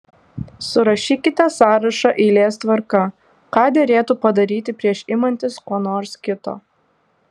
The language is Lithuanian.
surašykite sąrašą eilės tvarka ką derėtų padaryti prieš imantis ko nors kito